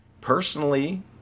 personally